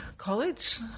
college